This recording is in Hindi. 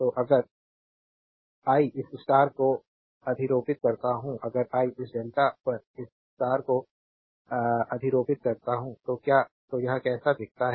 तो अगर आई इस स्टार को अधिरोपित करता हूं अगर आई इस डेल्टा पर इस स्टार को अधिरोपित करता हूं तो यह कैसा दिखता है